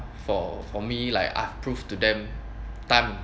for for me like I've proved to them time